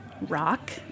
rock